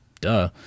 Duh